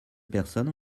personnes